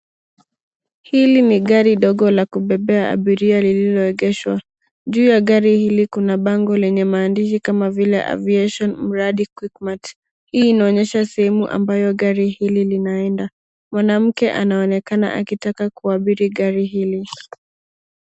Hili ni gari dogo la kubebea abiria lililoegeshwa. Juu ya gari hili kuna bango lenye maandishi kama vile aviation , mradi, Quickmart . Hii inaonyesha sehemu ambayo gari hili linaenda. Mwanamke anaonekana akitaka kuabiri gari hili.